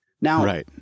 Now